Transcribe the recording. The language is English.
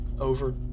over